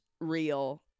real